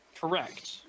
Correct